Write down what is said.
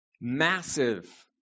massive